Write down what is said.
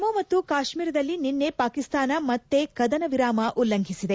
ಜಮ್ಮ ಮತ್ತು ಕಾಶ್ಮೀರದಲ್ಲಿ ನಿನ್ನೆ ಪಾಕಿಸ್ತಾನ ಮತ್ತೆ ಕದನ ವಿರಾಮ ಉಲ್ಲಂಘಿಸಿದೆ